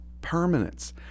permanence